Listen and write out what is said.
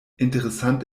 interessant